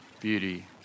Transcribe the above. Beauty